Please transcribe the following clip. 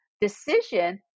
decision